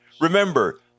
Remember